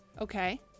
Okay